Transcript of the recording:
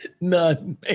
none